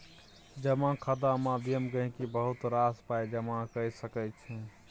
जमा खाता माध्यमे गहिंकी बहुत रास पाइ जमा कए सकै छै